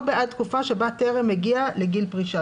בעד תקופה שבה טרם הגיע לגיל פרישה",